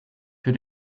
für